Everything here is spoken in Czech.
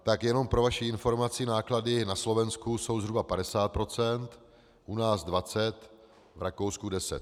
Tak jenom pro vaši informaci, náklady na Slovensku jsou zhruba 50 %, u nás 20, v Rakousku 10.